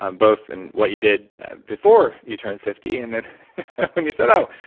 um both in what you did before you turned fifty, and then when you said, oh,